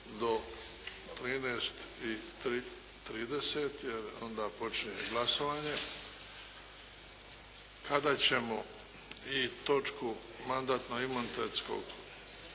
do 13,30 jer onda počinje glasovanje kada ćemo i točku Izvješće Mandatno-imunitetnog